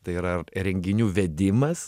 tai yra renginių vedimas